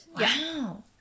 Wow